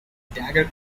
dagger